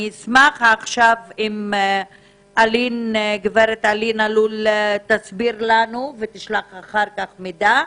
אני אשמח אם גברת אלין אלול תסביר לנו ותשלח אחר כך מידע.